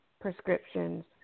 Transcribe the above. prescriptions